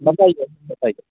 बतैओ बतैओ